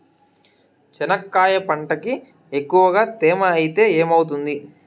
చెనక్కాయ పంటకి ఎక్కువగా తేమ ఐతే ఏమవుతుంది?